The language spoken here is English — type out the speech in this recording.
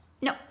No